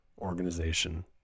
organization